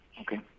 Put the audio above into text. Okay